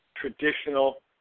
traditional